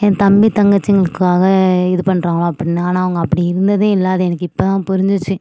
ஏன் தம்பி தங்கச்சிங்களுக்காக இது பண்ணுறாங்களா அப்படின்னு ஆனால் அவங்க அப்படி இருந்ததே இல்லை அது எனக்கு இப்ப தான் புரிஞ்சிச்சு